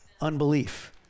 unbelief